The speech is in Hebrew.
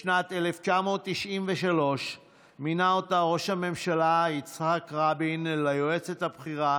בשנת 1993 מינה אותה ראש הממשלה יצחק רבין ליועצת הבכירה